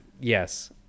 Yes